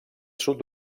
sud